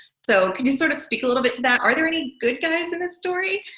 so can you sort of speak a little bit to that? are there any good guys in this story?